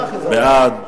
בעד,